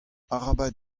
arabat